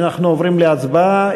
אנחנו עוברים להצבעה,